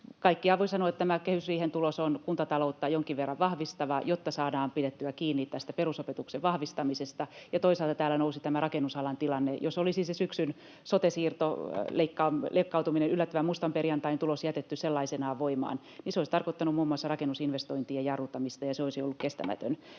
Kaikkiaan voi sanoa, että tämä kehysriihen tulos on kuntataloutta jonkin verran vahvistava, jotta saadaan pidettyä kiinni tästä perusopetuksen vahvistamisesta. Toisaalta täällä nousi tämä rakennusalan tilanne. Jos olisi se syksyn sote-siirto, -leikkautuminen, yllättävän mustan perjantain tulos jätetty sellaisenaan voimaan, niin se olisi tarkoittanut muun muassa rakennusinvestointien jarruttamista, ja se olisi ollut [Puhemies